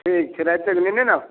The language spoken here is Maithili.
ठीक छै राइतेके नेने ने आउ